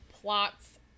plots